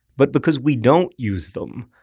but because we don't use them.